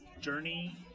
Journey